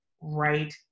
right